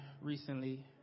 recently